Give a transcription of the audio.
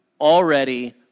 Already